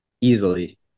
easily